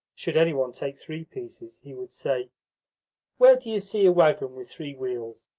should any one take three pieces, he would say where do you see a waggon with three wheels?